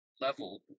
level